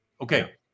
Okay